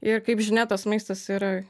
ir kaip žinia tas maistas yra